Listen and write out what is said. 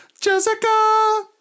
Jessica